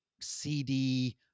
CD